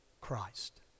Christ